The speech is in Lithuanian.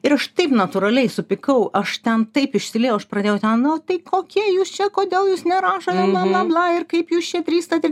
ir aš taip natūraliai supykau aš ten taip išsiliejau aš pradėjau ten na tai kokie jūs čia kodėl jūs nerašote bla bla bla ir kaip jūs čia drįstate